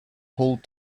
hauled